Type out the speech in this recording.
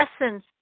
essence